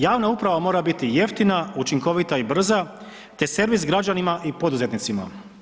Javna uprava mora biti jeftina, učinkovita i brza, te servis građanima i poduzetnicima.